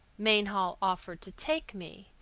mainhall offered to take me.